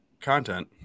content